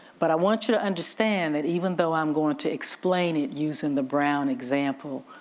but i want you to understand that even though i'm going to explain it using the brown example,